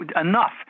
enough